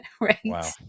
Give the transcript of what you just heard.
Right